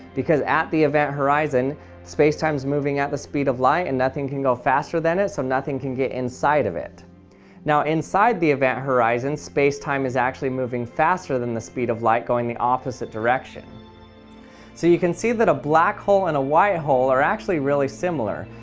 because at the event horizon space-time is moving at the speed of light and nothing can go faster than it so nothing can get inside of it inside the event horizon, space-time is actually moving faster than the speed of light going in the opposite direction so you can see that a black hole and a white hole are actually really similar.